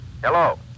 hello